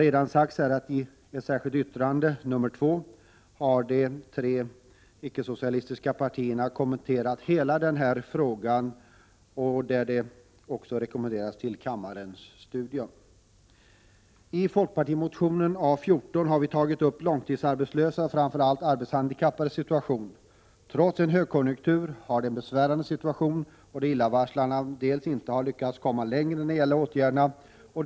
I ett särskilt yttrande, nr 2, har de tre icke-socialistiska partierna kommenterat hela den här frågan och det rekommenderas till kammarens studium. I folkpartimotionen A 14 har vi tagit upp de långtidsarbetslösas och framför allt de arbetshandikappades situation. Trots en högkonjunktur har de en besvärande situation, och det är illavarslande att man inte har lyckats komma längre när det gäller åtgärderna.